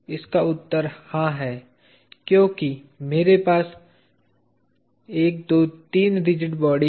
इसका उत्तर हां है क्योंकि मेरे पास 1 2 3 रिजिड बॉडी हैं